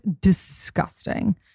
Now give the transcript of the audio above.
disgusting